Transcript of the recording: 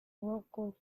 local